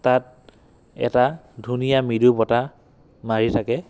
তাত এটা ধুনীয়া মৃদু বতাহ মাৰি থাকে